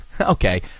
Okay